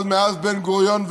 מאז בן-גוריון,